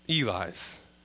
Eli's